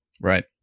Right